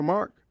Mark